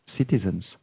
Citizens